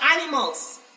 animals